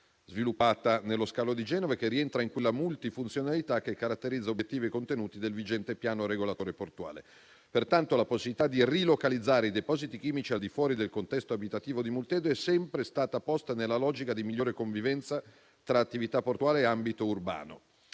sviluppate nello scalo di Genova, rientranti in quella multi funzionalità che caratterizza obiettivi contenuti del vigente piano regolatore portuale. Pertanto, la possibilità di rilocalizzare i depositi chimici al di fuori del contesto abitativo di Multedo è sempre stata posta nella logica di una migliore convivenza tra attività portuale e ambito urbano.